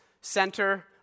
center